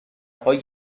های